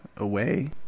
away